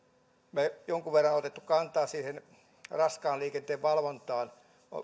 me olemme jonkun verran ottaneet kantaa siihen raskaan liikenteen valvontaan